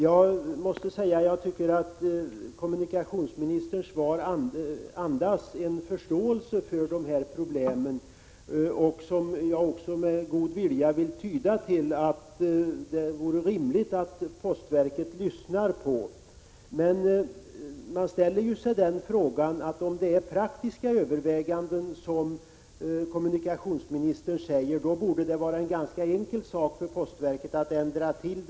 Jag tycker att kommunikationsministerns svar andas en förståelse för de här problemen. Och jag vill med litet god vilja tyda svaret till att det vore rimligt att postverket lyssnar på problemen. Man gör den reflexionen att om det handlade om praktiska överväganden, som kommunikationsministern säger, då borde det vara ganska enkelt att göra en ändring.